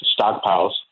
stockpiles